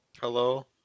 Hello